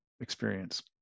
experience